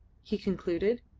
he concluded.